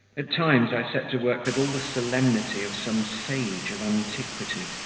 at times i set to work with all the solemnity of some sage of antiquity,